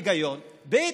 היגיון, ב.